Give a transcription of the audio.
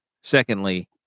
Secondly